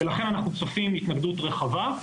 ולכן אנחנו צופים התנגדות רחבה.